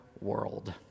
world